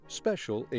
special